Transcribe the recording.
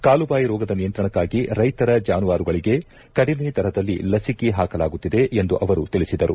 ಕಾಲು ಬಾಯಿ ರೋಗದ ನಿಯಂತ್ರಣಕ್ಕಾಗಿ ರೈತರ ಜಾನುವಾರುಗಳಿಗೆ ಕಡಿಮೆ ದರದಲ್ಲಿ ಲಸಿಕೆ ಹಾಕಲಾಗುತ್ತಿದೆ ಎಂದು ಅವರು ತಿಳಿಸಿದರು